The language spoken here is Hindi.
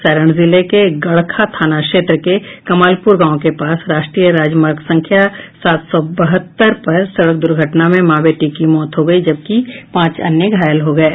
सारण जिले के गड़खा थाना क्षेत्र के कमालपुर गांव के पास राष्ट्रीय राजमार्ग संख्या सात सौ बहत्तर पर सड़क दुर्घटना में माँ बेटी की मौत हो गयी जबकि पांच अन्य घायल हो गये